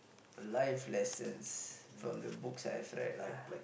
life lessons from the books I've read lah